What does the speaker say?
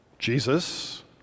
Jesus